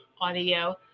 audio